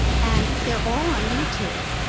and they're all on youtube.